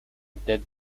did